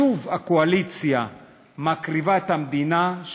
שוב הקואליציה מקריבה את המדינה.